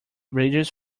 bridges